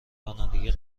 رانندگی